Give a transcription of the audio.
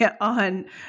on